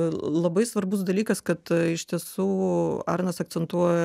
labai svarbus dalykas kad iš tiesų arnas akcentuoja